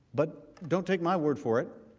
but, don't take my word for it.